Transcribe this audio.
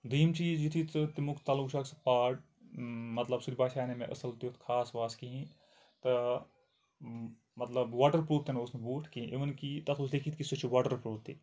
دوٚیِم چیٖز یُتھٕے ژٕ تمیُٚک تَلُک چھِ اَکھ سُہ پار مطلب سُہ تہِ باسیوٚ نہٕ مےٚ اَصٕل تیُٚتھ خاص واص کِہیٖنۍ تہٕ مطلب واٹَر پرٛوٗف تہِ نہٕ اوس نہٕ بوٗٹ کِہیٖنۍ اِوٕن کہ تَتھ اوس لیٚکھِتھ کہ سُہ چھِ واٹَر پرٛوٗف تہِ